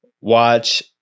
watch